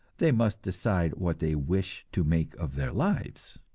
they must decide what they wish to make of their lives.